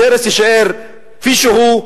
שרץ יישאר כפי שהוא,